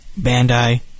Bandai